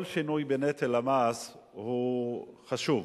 כל שינוי בנטל המס הוא חשוב.